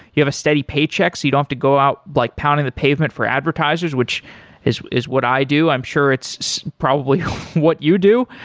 you have a steady paycheck so you don't have to go out like pounding the pavement for advertisers, which is is what i do. i'm sure it's probably what you do.